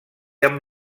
amb